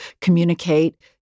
communicate